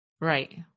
right